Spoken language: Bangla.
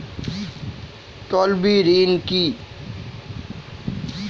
তলবি ঋন কি?